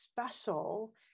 special